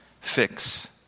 fix